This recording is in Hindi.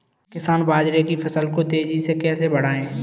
किसान बाजरे की फसल को तेजी से कैसे बढ़ाएँ?